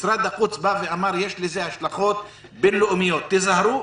משרד החוץ בא ואמר יש לזה השלכות בינלאומיות תיזהרו.